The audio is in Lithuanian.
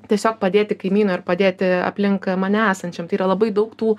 tiesiog padėti kaimynui ar padėti aplink mane esančiam tai yra labai daug tų